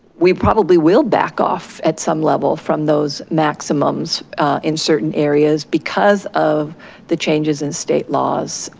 we probably will back off at some level from those maximums in certain areas because of the changes in state laws.